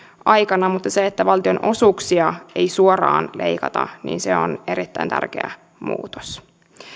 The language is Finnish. aikana mutta se että valtionosuuksia ei suoraan leikata on erittäin tärkeä muutos